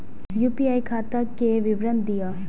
UPI खाता के विवरण दिअ?